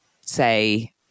say